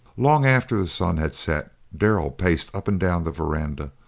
long after the sun had set darrell paced up and down the veranda,